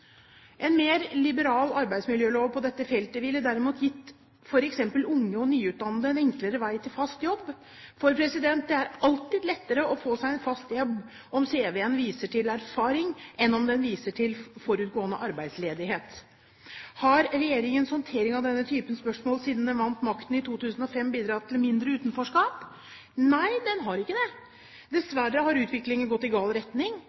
En mer liberal arbeidsmiljølov på dette feltet ville derimot gitt f.eks. unge og nyutdannede en enklere vei til fast jobb. For det er alltid lettere å få seg fast jobb om cv-en viser til erfaring enn om den viser til forutgående arbeidsledighet. Har regjeringens håndtering av denne typen spørsmål siden den vant makten i 2005, bidratt til mindre «utenforskap»? Nei, den har ikke det. Dessverre har utviklingen gått i gal retning.